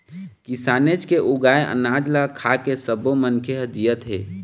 किसानेच के उगाए अनाज ल खाके सब्बो मनखे ह जियत हे